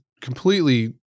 completely